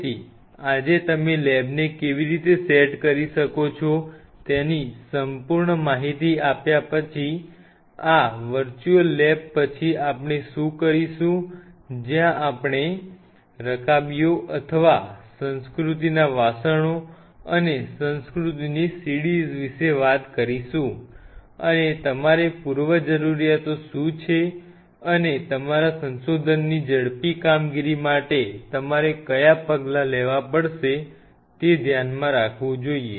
તેથી આજે તમે લેબને કેવી રીતે સેટ કરી શકો છો તેની સંપૂર્ણ માહિતી આપ્યા પછી આ વર્ચ્યુઅલ લેબ પછી આપણે શું કરીશું જ્યાં આપણે રકાબીઓ અથવા સંસ્કૃતિના વાસણો અને સંસ્કૃતિની CDs વિશે વાત કરીશું અને તમારે પૂર્વજરૂરીયાતો શું છે અને તમારા સંશોધનની ઝડપી કામગીરી માટે તમારે કયા પગલાં લેવા પડશે તે ધ્યાનમાં રાખવું જોઈએ